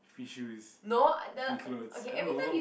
free shoes free clothes I don't know